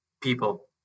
people